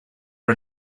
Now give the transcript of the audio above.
are